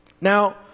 Now